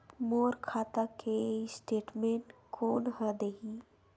मोर खाता के स्टेटमेंट कोन ह देही?